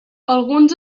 alguns